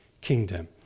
kingdom